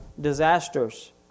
disasters